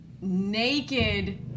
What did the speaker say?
naked